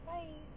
Bye